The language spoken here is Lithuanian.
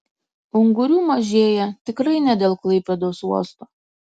ungurių mažėja tikrai ne dėl klaipėdos uosto